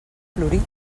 florit